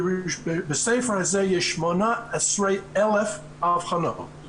בספר הזה יש 18,000 אבחנות.